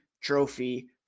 Trophy